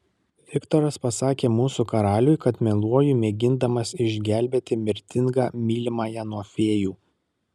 viktoras pasakė mūsų karaliui kad meluoju mėgindamas išgelbėti mirtingą mylimąją nuo fėjų